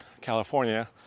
California